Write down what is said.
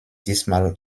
diesmal